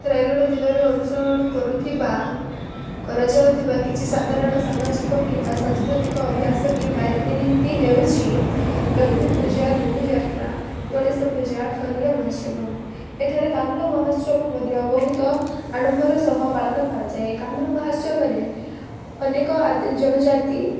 ରାୟଗଡ଼ ଜିଲ୍ଲାର ଅନୁସରଣ କରୁଥିବା କରାଯାଉଥିବା କିଛି ସାଧାରଣ ସାମାଜିକ କିମ୍ବା ସାଂସ୍କୃତିକ ଅଭ୍ୟାସ କିମ୍ବା ରୀତିନୀତି ହେଉଛି ଲକ୍ଷ୍ମୀ ପୂଜା ଧନୁଯାତ୍ରା ଗଣେଶ ପୂଜା କାନ୍ଦଳା ମହାତ୍ସବ ଏଠାରେ କାନ୍ଦଳା ମହାତ୍ସବ ମଧ୍ୟ ବହୁତ ଆଡ଼ମ୍ବର ସହ ପାଳନ କରାଯାଏ କାନ୍ଦଳା ମହାତ୍ସାବରେ ଅନେକ ଜନଜାତି